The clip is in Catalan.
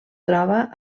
troba